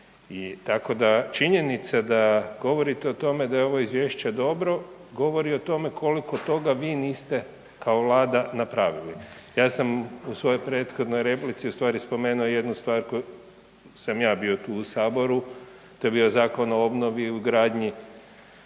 tako da činjenica da govorite o tome da je ovo izvješće dobro, govori o tome koliko toga vi niste kao Vlada napravili. Ja sam u svojoj prethodnoj replici spomenuo jednu stvar, sam ja bio tu u Saboru, to je bio Zakon o obnovi i ugradnji